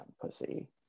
pussy